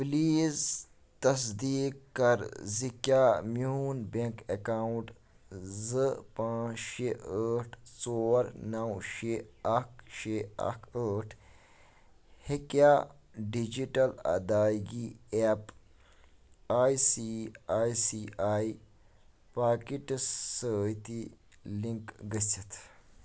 please تصدیٖق کَر زِ کیٛاہ میون بیٚنٛک اٮ۪کاونٹ زٕ پانٛژھ شےٚ ٲٹھ ژور نَو شےٚ اَکھ شےٚ اَکھ ٲٹھ ہیٚکیٛا ڈِجِٹل ادایگی app I C I C I Pockets سۭتی لِنک گٔژھِتھ